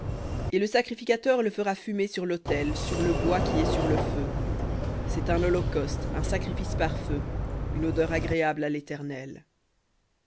et le sacrificateur le fera fumer sur l'autel sur le bois qui est sur le feu c'est un holocauste un sacrifice par feu une odeur agréable à l'éternel